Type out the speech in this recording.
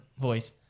voice